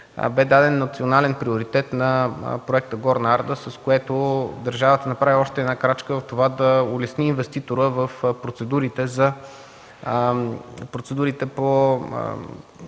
бе даден национален приоритет на проекта „Горна Арда”, с което държавата направи още една крачка да улесни инвеститора в процедурите по